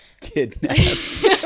kidnaps